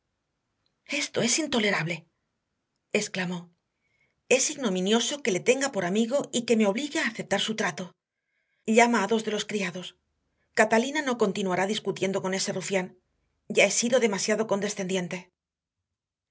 esto es intolerable exclamó es ignominioso que le tenga por amigo y que me obligue a aceptar su trato llama a dos de los criados catalina no continuará discutiendo con ese rufián ya he sido demasiado condescendiente